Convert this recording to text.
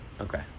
okay